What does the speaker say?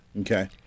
Okay